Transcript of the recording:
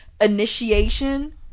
initiation